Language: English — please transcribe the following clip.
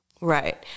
Right